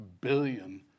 billion